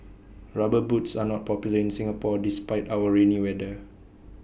rubber boots are not popular in Singapore despite our rainy weather